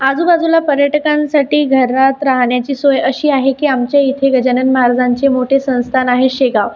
आजूबाजूला पर्यटकांसाठी घरात राहण्याची सोय अशी आहे की आमच्या इथे गजानन महाराजांचे मोठे संस्थान आहे शेगाव